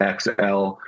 XL